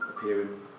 appearing